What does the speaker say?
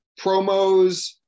promos